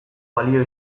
balio